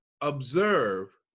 observe